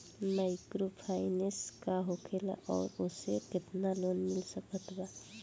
Microfinance का होखेला और ओसे केतना लोन मिल सकत बा?